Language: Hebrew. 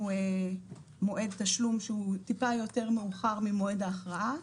מועד תשלום שהוא טיפה יותר מאוחר ממועד ההכרעה.